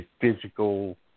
physical